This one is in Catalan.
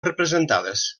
representades